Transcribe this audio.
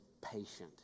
patient